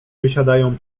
wysiadają